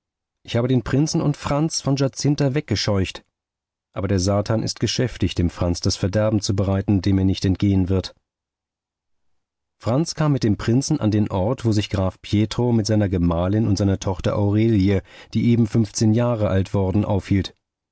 ich habe den prinzen und franz von giazinta weggescheucht aber der satan ist geschäftig dem franz das verderben zu bereiten dem er nicht entgehen wird franz kam mit dem prinzen an den ort wo sich graf pietro mit seiner gemahlin und seiner tochter aurelie die eben fünfzehn jahr alt worden aufhielt